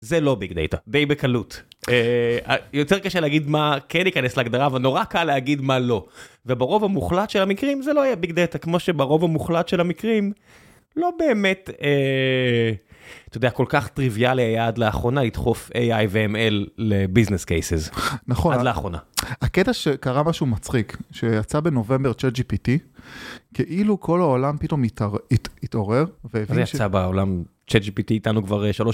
זה לא ביג דאטה, די בקלות, יותר קשה להגיד מה כן יכנס להגדרה, אבל נורא קל להגיד מה לא. וברוב המוחלט של המקרים, זה לא היה ביג דאטה, כמו שברוב המוחלט של המקרים, לא באמת, אתה יודע, כל כך טריוויאלי היה עד לאחרונה, לדחוף AI וML לביזנס קייסס, עד לאחרונה. הקטע שקרה משהו מצחיק, שיצא בנובמבר, ChatGPT, כאילו כל העולם פתאום התעורר, זה יצא בעולם, ChatGPT איתנו כבר שלוש...